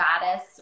Goddess